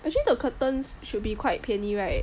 actually the curtains should be quite 便宜 right